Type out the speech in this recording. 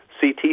CT